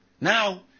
Now